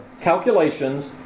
calculations